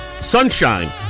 sunshine